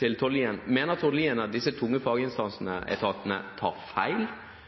til Tord Lien blir da veldig enkelt: Mener Tord Lien at disse tunge